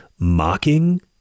Mocking